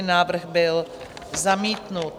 Návrh byl zamítnut.